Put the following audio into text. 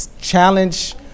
Challenge